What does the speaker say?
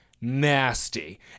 nasty